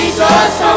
Jesus